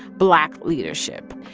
black leadership.